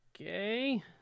Okay